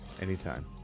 Anytime